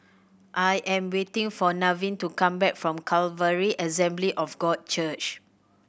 I am waiting for Nevin to come back from Calvary Assembly of God Church